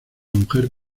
mujer